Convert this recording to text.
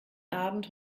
abend